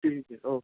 ٹھیک ہے اوکے